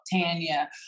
Tanya